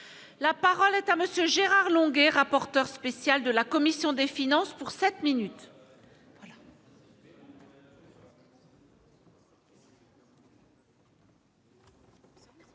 la parole est à monsieur Gérard Longuet, rapporteur spécial de la commission des finances pour 7 minutes.